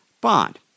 bond